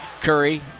Curry